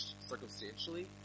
circumstantially